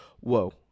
whoa